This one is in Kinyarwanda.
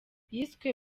yiswe